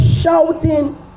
shouting